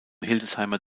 hildesheimer